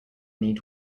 need